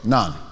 None